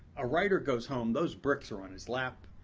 a writer goes home, those bricks are on his lap,